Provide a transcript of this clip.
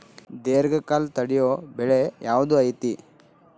ದೇರ್ಘಕಾಲ ತಡಿಯೋ ಬೆಳೆ ಯಾವ್ದು ಐತಿ?